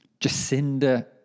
Jacinda